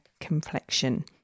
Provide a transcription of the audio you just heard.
complexion